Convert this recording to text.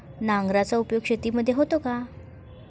नांगराचा उपयोग शेतीमध्ये होतो का?